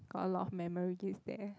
a lot of memories there